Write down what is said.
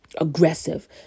aggressive